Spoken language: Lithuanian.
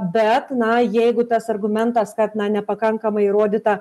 bet na jeigu tas argumentas kad na nepakankamai įrodyta